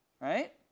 Right